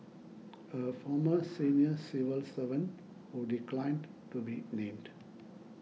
a former senior civil servant who declined to be named